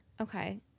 Okay